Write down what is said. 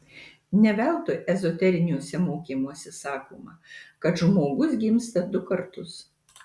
ne veltui ezoteriniuose mokymuose sakoma kad žmogus gimsta du kartus